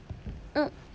mm